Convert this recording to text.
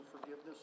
forgiveness